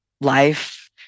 life